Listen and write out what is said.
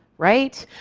right?